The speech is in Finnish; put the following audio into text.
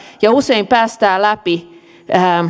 ja usein päästävät läpi